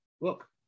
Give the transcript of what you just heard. look